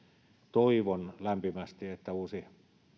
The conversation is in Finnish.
toivon lämpimästi että uusi